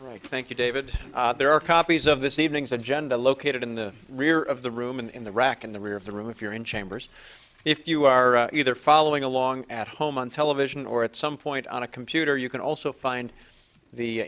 right thank you david there are copies of this evening's agenda located in the rear of the room in the rack in the rear of the room if you're in chambers if you are either following along at home on television or at some point on a computer you can also find the